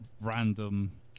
random